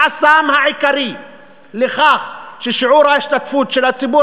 החסם העיקרי הגורם לכך ששיעור ההשתתפות של הציבור